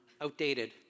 Outdated